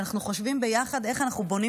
שאנחנו חושבים ביחד איך אנחנו בונים